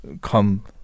come